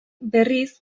berriz